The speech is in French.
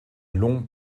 longs